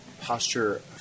posture